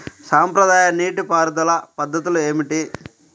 సాంప్రదాయ నీటి పారుదల పద్ధతులు ఏమిటి?